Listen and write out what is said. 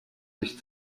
sich